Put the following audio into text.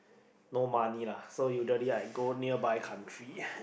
no money lah so usually I go nearby country